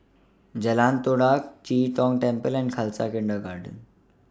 Jalan Todak Chee Tong Temple and Khalsa Kindergarten